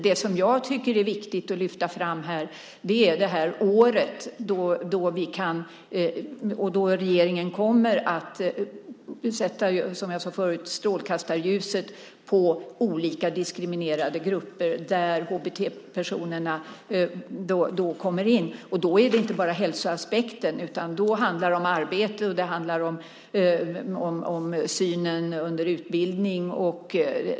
Det som jag tycker är viktigt att lyfta fram här är det här året då regeringen, som jag sade förut, kommer att sätta strålkastarljuset på olika diskriminerade grupper, där HBT-personerna kommer in. Då är det inte bara hälsoaspekten utan det handlar om arbete och det handlar om synen på detta under utbildning.